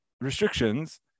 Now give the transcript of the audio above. restrictions